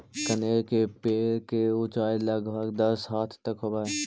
कनेर के पेड़ के ऊंचाई लगभग दस हाथ तक होवऽ हई